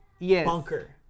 bunker